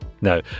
No